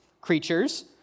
creatures